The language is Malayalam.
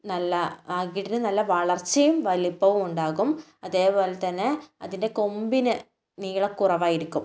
നല്ല അകിടിന് നല്ല വളർച്ചയും വലിപ്പവും ഉണ്ടാകും അതേ പോലെ തന്നെ അതിൻ്റെ കൊമ്പിന് നീളക്കുറവായിരിക്കും